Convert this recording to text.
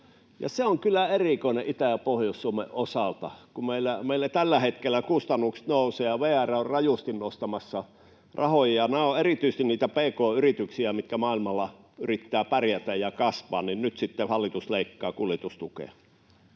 Se on kyllä erikoinen Itä- ja Pohjois-Suomen osalta. Kun meillä tällä hetkellä kustannukset nousevat ja VR on rajusti nostamassa rahoja ja nämä ovat erityisesti niitä pk-yrityksiä, mitkä maailmalla yrittävät pärjätä ja kasvaa, niin nyt sitten hallitus leikkaa kuljetustukea.